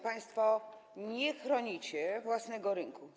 Państwo nie chronicie własnego rynku.